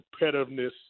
competitiveness